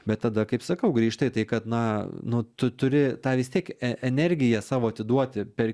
bet tada kaip sakau grįžta į tai kad na nu tu turi tą vis tiek energiją savo atiduoti per